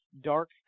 dark